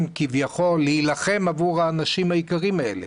כביכול להילחם עבור האנשים היקרים האלה.